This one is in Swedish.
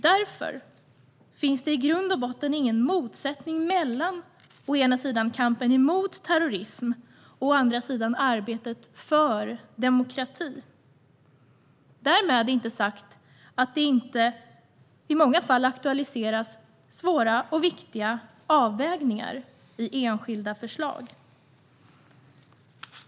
Därför finns det i grund och botten ingen motsättning mellan å ena sidan kampen mot terrorism och å andra sidan arbetet för demokrati. Därmed är det inte sagt att det inte i många fall aktualiseras svåra och viktiga avvägningar i enskilda förslag.